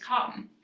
come